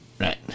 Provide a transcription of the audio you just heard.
Right